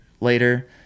later